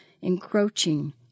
encroaching